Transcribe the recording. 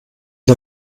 ihr